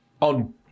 On